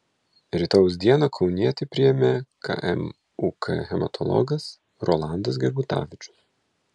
rytojaus dieną kaunietį priėmė kmuk hematologas rolandas gerbutavičius